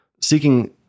seeking